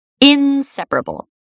Inseparable